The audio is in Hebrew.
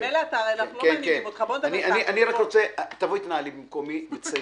נחמיאס ורבין, אני מבקש שתחליפי אותי.